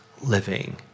living